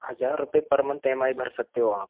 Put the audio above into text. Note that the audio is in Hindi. हजार रुपए per month E M I भर सकते हो आप